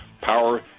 power